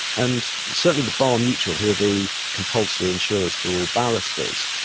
and certainly the bar mutual, who are the compulsory insurers for all barristers,